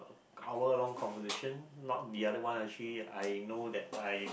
hour long conversation not the other one I actually I know that I